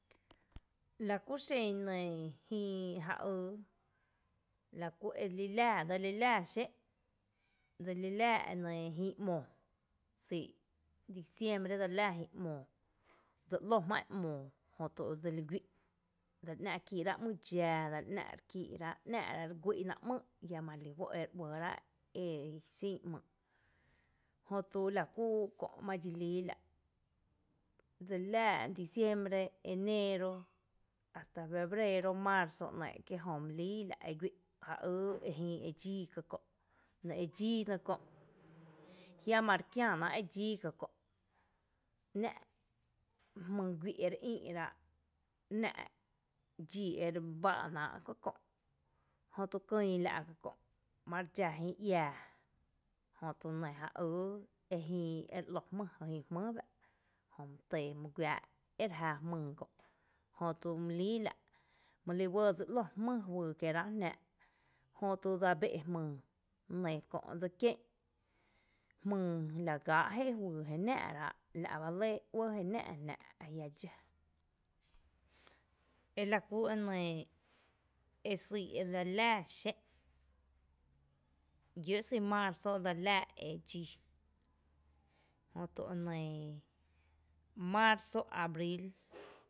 Lá kuxen nɇɇ jïï e ja ýý laku eli laa dse li laa xé’n, dse li laa jïï ‘moo syy’ diciembre dseli laa jïï ‘moo dse ‘lo jmá’n ‘moo jötu dseli guí’ dse ‘ná’ re kíi’ ráa’ ‘myy’ dxaa dse ‘ná’ kíí’ rá’, ´ná’rá’ re guý’ náá’ ‘mýý’ jiama relí juó’ ere ‘uɇɇ rá’ e sin ‘myy’, jötu la kú kö’ ma dxi lii la’ dseli laa diciembre, enero, hasta febrero, marzo ‘néé’, jö my lii e guí’ kí jö ja ýý jïï edxii ka kö’, jiama’ re kiⱥⱥ náa’ edxii ka kö’ ‘ná’ jmyy guí’ ere ÓIï’ ráá’, ‘ná’ dxi ere báa’ náa’ ka kö’ jö tu kyy la’ ka kö’ mare dxa jïï iää jötu nɇ j ýý e jïï ere ‘lo jmý ka kö’ jï jmý jua’ jötu mý tý my guⱥⱥ’ ere jⱥ jmyy kö’ jötu my líi la’, mali ‘uɇɇ dse ´lo jmý juyy kie jnáa’, jötu dsa bé’ jmyy kö, nɇ kö’ dse kié’n jmyy la gáa’ jéeé juyy jé náá’rá’, la’ bá lɇ ‘uɇ je náa’ráa’ jná’ ajia’ dxo ela kú e nɇɇ e syy’ e dseli lⱥⱥ xé’n llǿǿ’ sý’ edseli lⱥⱥ xé’n llǿǿ’ syy’ marzo edse li lⱥⱥ edxii jötu e nɇɇ marzo, abril